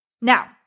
Now